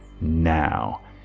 now